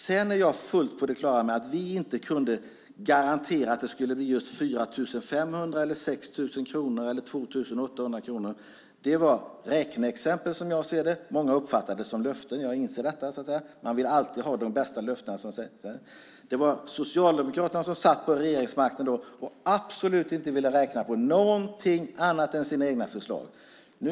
Sedan är jag helt på det klara med att vi inte kunde garantera att det skulle bli just 4 500, 6 000 eller 2 800 kronor. Det var räkneexempel, som jag ser det. Många uppfattade det som löften - jag inser detta. Man vill alltid ha de bästa löftena. Det var Socialdemokraterna som satt på regeringsmakten då och absolut inte ville räkna på någonting annat än sina egna förslag.